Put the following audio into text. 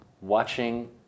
watching